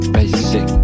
Basic